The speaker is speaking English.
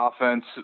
offense